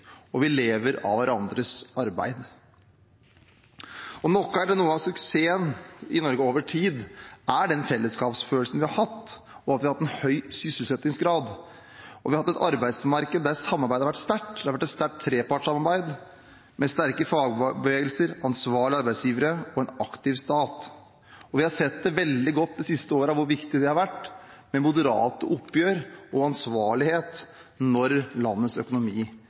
Og vi lever av hverandres arbeid. Det er nok noe av suksessen i Norge over tid: den fellesskapsfølelsen vi har hatt, at vi har hatt en høy sysselsettingsgrad, og at vi har hatt et arbeidsmarked der samarbeidet har vært sterkt. Det har vært et sterkt trepartssamarbeid, med sterke fagbevegelser, ansvarlige arbeidsgivere og en aktiv stat. Vi har de siste årene sett veldig godt hvor viktig det har vært med moderate oppgjør og ansvarlighet når landets økonomi